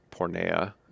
pornea